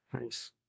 Nice